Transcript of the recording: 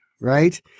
right